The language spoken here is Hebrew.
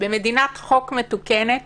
במדינת חוק מתוקנת